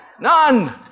None